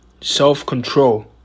self-control